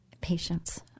patience